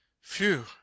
Phew